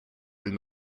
will